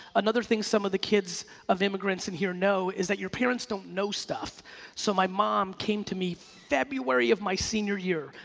another thing some of the kids of immigrants in here know is that your parents don't know stuff so my mom came to me february of my senior year,